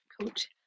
Coach